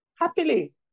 happily